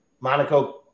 Monaco